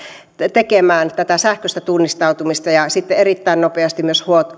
tekemään tätä sähköistä tunnistautumista ja sitten erittäin nopeasti myös